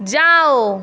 जाओ